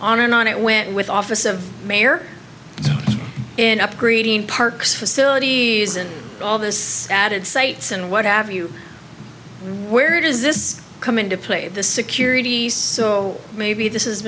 on and on it went with office of mayor in upgrading parks facilities and all this added sites and what have you where does this come into play the security so maybe this is